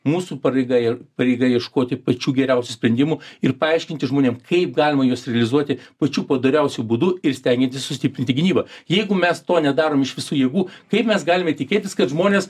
mūsų pareiga ir pareiga ieškoti pačių geriausių sprendimų ir paaiškinti žmonėm kaip galima juos realizuoti pačiu padoriausiu būdu ir stengiantis sustiprinti gynybą jeigu mes to nedarom iš visų jėgų kaip mes galime tikėtis kad žmonės